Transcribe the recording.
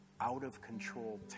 out-of-control